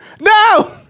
No